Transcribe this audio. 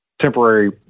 temporary